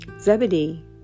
Zebedee